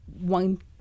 one